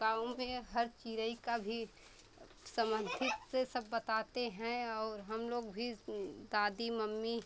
गाँव में हर चिरई का भी समंथिक से सब बताते हैं और हम लोग भी दादी मम्मी